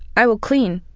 i will clean.